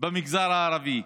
במגזר הערבי.